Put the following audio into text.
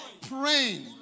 praying